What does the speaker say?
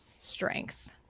strength